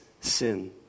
sin